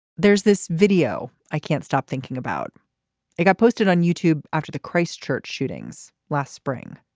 there's this video i can't stop thinking about a guy posted on youtube after the christchurch shootings last spring.